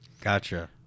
Gotcha